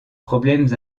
problèmes